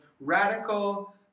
radical